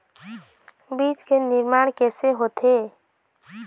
बीज के निर्माण कैसे होथे?